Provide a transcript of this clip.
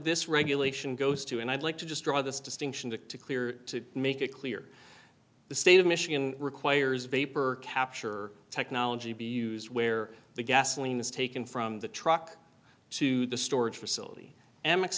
this regulation goes to and i'd like to just draw this distinction to clear to make it clear the state of michigan requires vapor capture technology be used where the gasoline is taken from the truck to the storage facility and mix